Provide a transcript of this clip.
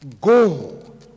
Go